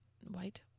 white